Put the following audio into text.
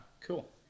Cool